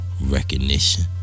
Recognition